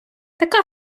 така